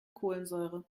kohlensäure